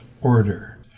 order